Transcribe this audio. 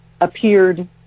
appeared